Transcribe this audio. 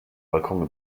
balkon